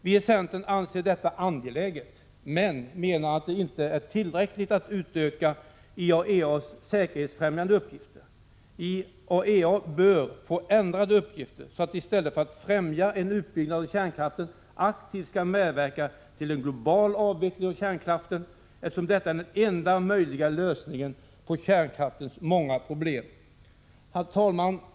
Vi i centern anser detta angeläget men menar att det inte är tillräckligt att utöka IAEA:s säkerhetsfrämjande uppgifter. IAEA bör får ändrade uppgifter, så att IAEA i stället för att främja en utbyggnad av kärnkraften aktivt skall medverka till en global avveckling av kärnkraften, eftersom detta är den enda möjliga lösningen på kärnkraftens många problem. Herr talman!